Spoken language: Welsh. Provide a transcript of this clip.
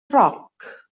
roc